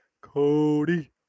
Cody